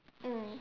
mm